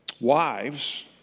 wives